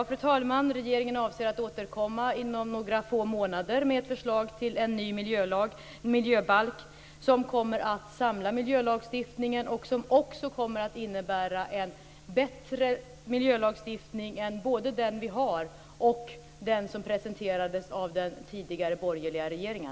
Fru talman! Regeringen avser att återkomma inom några få månader med ett förslag till en ny miljöbalk som kommer att samla miljölagstiftningen. Den kommer också att innebära en miljölagstiftning som är bättre än både den vi har och den som presenterades av den tidigare borgerliga regeringen.